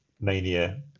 mania